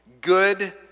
good